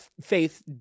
faith